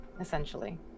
essentially